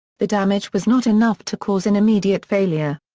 the damage was not enough to cause an immediate failure.